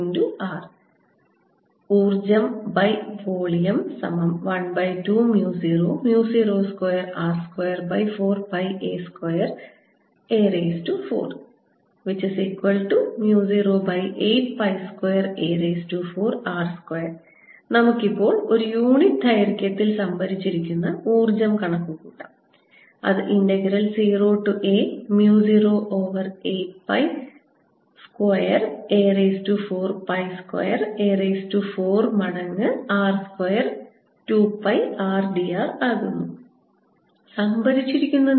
r ഊർജ്ജംവോള്യo12002r242a4082a4r2 നമുക്ക് ഇപ്പോൾ ഒരു യൂണിറ്റ് ദൈർഘ്യത്തിൽ സംഭരിച്ചിരിക്കുന്ന ഊർജ്ജം കണക്കുകൂട്ടാം അത് integral 0 to a mu 0 over 8 pi square a raised to 4 pi square a raised to 4 മടങ്ങ് r square 2 pi r d r ആകുന്നു